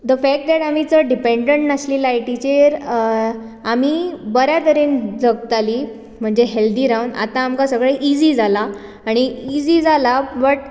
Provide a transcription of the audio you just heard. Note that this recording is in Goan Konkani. द फॅक्ट देट आमी चड डिपेन्डंट नासलीं लायटीचेर आमी बऱ्या तरेन जगतालीं म्हणजे हॅल्थी रावन आतां आमकां सगळें इझी जालां आनी इझी जालां बट